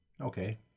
Okay